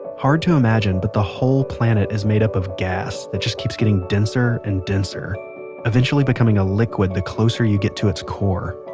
hard to imagine but the whole planet is made up of gas that just keeps getting denser and denser eventually becoming a liquid the closer you get to its core.